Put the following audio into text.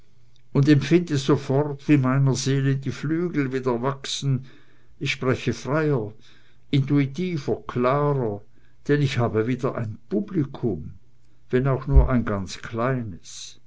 und empfinde sofort wie meiner seele die flügel wieder wachsen ich spreche freier intuitiver klarer denn ich habe wieder ein publikum wenn auch nur ein ganz kleines